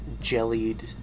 jellied